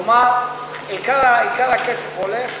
כלומר, עיקר הכסף הולך